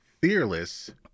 Fearless